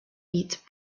eats